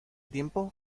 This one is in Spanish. tiempo